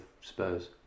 Spurs